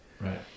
Right